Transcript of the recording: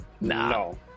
no